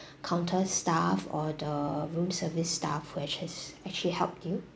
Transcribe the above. counter staff or the room service staff which has actually helped you